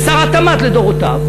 ושר התמ"ת לדורותיו,